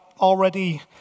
already